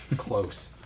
close